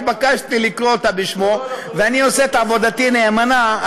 התבקשתי לקרוא אותה בשמו ואני עושה את עבודתי נאמנה,